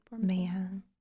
Man